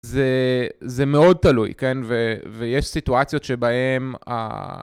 זה מאוד תלוי, כן ויש סיטואציות שבהן...